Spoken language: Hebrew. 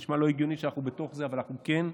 זה נשמע לא הגיוני שאנחנו בתוך זה, אבל אנחנו כן.